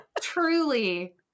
Truly